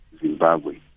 zimbabwe